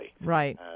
Right